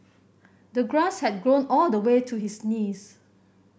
the grass had grown all the way to his knees